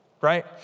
right